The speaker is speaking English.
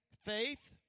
faith